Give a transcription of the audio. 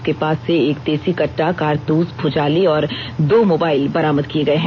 उसके पास से एक देसी कट्टा कारतूस भुजाली और दो मोबाइल बरामद किए हैं